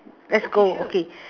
let's go okay